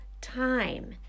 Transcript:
time